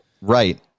right